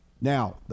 Now